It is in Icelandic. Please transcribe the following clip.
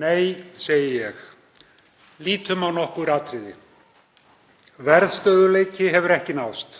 Nei segi ég. Lítum á nokkur atriði. Verðstöðugleiki hefur ekki náðst.